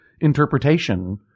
interpretation